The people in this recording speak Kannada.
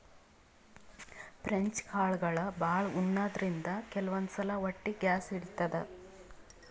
ಫ್ರೆಂಚ್ ಕಾಳ್ಗಳ್ ಭಾಳ್ ಉಣಾದ್ರಿನ್ದ ಕೆಲವಂದ್ ಸಲಾ ಹೊಟ್ಟಿ ಗ್ಯಾಸ್ ಹಿಡಿತದ್